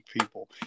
people